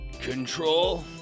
control